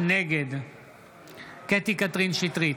נגד קטי קטרין שטרית,